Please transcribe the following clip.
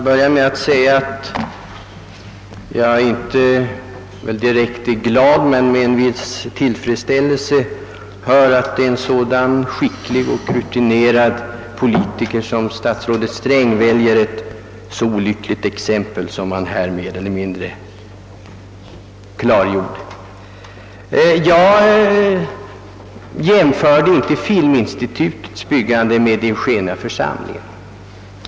Herr talman! Får jag börja med att säga att jag med en viss tillfredsställelse hör att även en så skicklig och rutinerad politiker som statsrådet Sträng kan välja ett olyckligt exempel, så som han här i sitt inlägg gjorde. För min del jämförde jag inte filminstitutets bygge med Eugeniaförsamlingens.